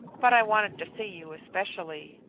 but i wanted to see you especially.